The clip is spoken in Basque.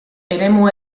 eremu